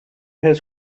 his